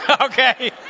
okay